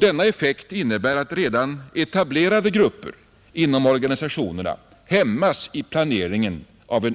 Denna effekt innebär att redan etablerade grupper inom organisationerna hämmas i planeringen av